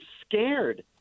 scared